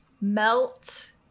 melt